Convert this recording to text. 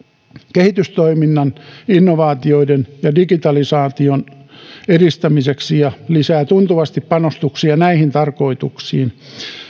kehitystoiminnan innovaatioiden ja digitalisaation edistämiseksi ja lisää tuntuvasti panostuksia näihin tarkoituksiin